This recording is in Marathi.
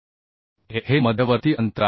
a हे मध्यवर्ती अंतर आहे